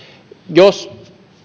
jos